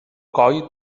coll